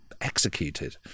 executed